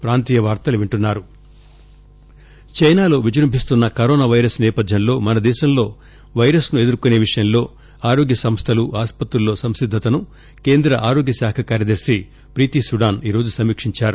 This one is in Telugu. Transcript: పైరస్ః చైనాలో విజృంభిస్తున్న కరోనా వైరస్ నేపథ్యంలో మన దేశంలో వైరస్ ను ఎదుర్కొనే విషయంలో ఆరోగ్య సంస్లలు ఆసుపత్రుల్లో సంసిద్గతను కేంద్ర ఆరోగ్య శాఖ కార్యదర్పి ప్రీతి సుడాన్ ఈరోజు సమీక్షించారు